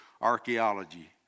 archaeology